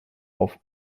auf